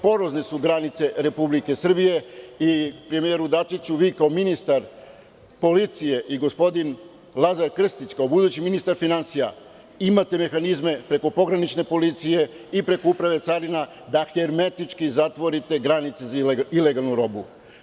Porozne su granice Republike Srbije i premijeru Dačiću, vi kao ministar policije i gospodin Lazar Krstić kao budući ministar finansija imate mehanizme preko pogranične policije i preko uprave carina da hermetički zatvorite granice za ilegalnu robu.